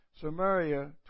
Samaria